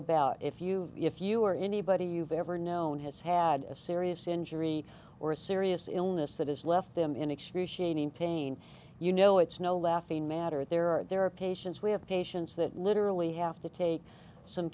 about if you if you or anybody you've ever known has had a serious injury or a serious illness that has left them in excruciating pain you know it's no laughing matter there are there are patients we have patients that literally have to take some